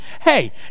hey